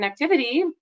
connectivity